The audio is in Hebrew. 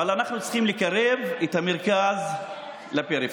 אבל אנחנו צריכים לקרב את המרכז לפריפריה.